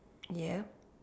ya